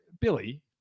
Billy